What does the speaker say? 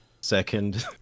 second